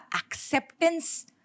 acceptance